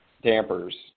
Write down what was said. dampers